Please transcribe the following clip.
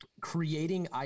creating